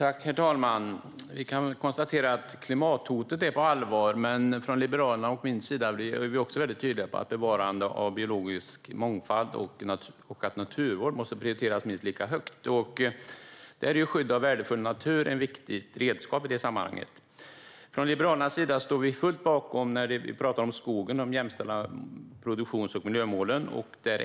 Herr talman! Vi kan konstatera att klimathotet är på allvar. Men från Liberalernas och min sida är vi väldigt tydliga med att bevarande av biologisk mångfald och naturvård måste prioriteras minst lika högt. I det sammanhanget är skydd av värdefull natur ett viktigt redskap. När det gäller skogen står vi från Liberalernas sida fullt ut bakom jämställandet av produktions och miljömålen.